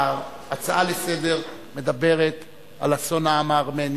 ההצעה לסדר-היום מדברת על אסון העם הארמני.